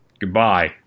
Goodbye